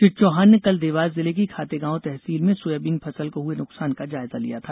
श्री चौहान कल देवास जिले की खातेगांव तहसील में सोयाबीन फसल को हुए नुकसान का जायजा लिया था